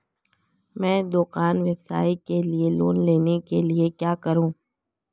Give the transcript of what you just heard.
मैं दुकान व्यवसाय के लिए लोंन लेने के लिए क्या करूं?